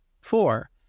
Four